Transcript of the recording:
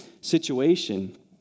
situation